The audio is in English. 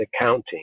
accounting